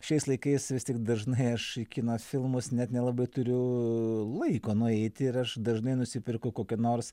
šiais laikais vis tik dažnai aš į kino filmus net nelabai turiu laiko nueiti ir aš dažnai nusipirku kokią nors